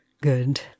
Good